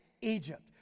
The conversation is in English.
Egypt